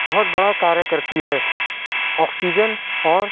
بہت بڑا کاریہ کرتی ہے آکسیجن اور